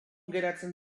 geratzen